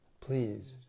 please